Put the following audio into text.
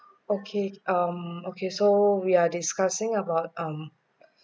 okay um okay so we are discussing about um